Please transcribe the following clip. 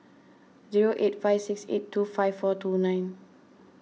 zero eight five six eight two five four two nine